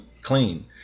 clean